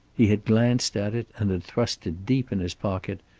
he had glanced at it and had thrust it deep in his pocket,